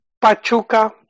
Pachuca